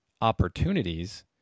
opportunities